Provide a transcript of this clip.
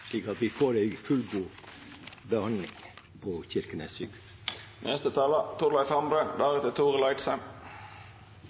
slik at vi får en fullgod behandling på Kirkenes